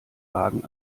wagen